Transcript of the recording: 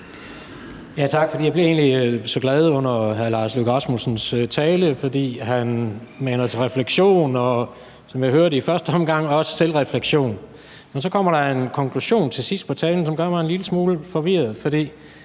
Tak. Jeg blev egentlig så glad under hr. Lars Løkke Rasmussens tale, fordi han maner til refleksion, og som jeg hørte i første omgang også selvrefleksion, men så kommer der en konklusion til sidst i talen, som gør mig en lille smule forvirret, for